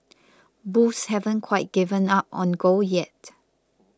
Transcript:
bulls haven't quite given up on gold yet